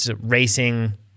racing